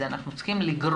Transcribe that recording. אנחנו צריכים לספר להם את זה,